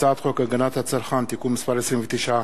הצעת חוק הגנת הצרכן (תיקון מס' 29)